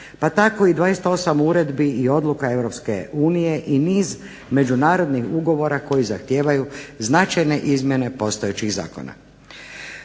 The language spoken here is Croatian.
pa tako i 28 uredbi i odluka europske unije i niz međunarodnih ugovora koji zahtijevaju značajne izmjene postojećih zakona.